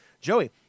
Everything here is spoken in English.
Joey